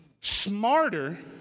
smarter